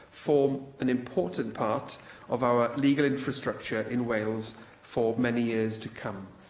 form an important part of our legal infrastructure in wales for many years to come.